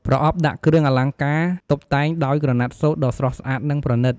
ប្រអប់ដាក់គ្រឿងអលង្ការ តុបតែងដោយក្រណាត់សូត្រដ៏ស្រស់ស្អាត និងប្រណិត។